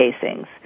casings